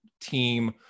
team